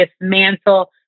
dismantle